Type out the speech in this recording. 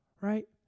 Right